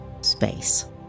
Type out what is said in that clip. space